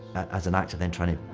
as an actor, then trying to